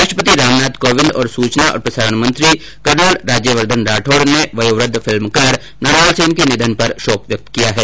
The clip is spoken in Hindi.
राष्ट्रपति रामनाथ कोविंद और सूचना और प्रसारण मंत्री कर्नल राज्यवर्धन राठौड़ ने वयोवृद्ध फिल्मकार मृणाल सेन के निधन पर शोक व्यक्त किया है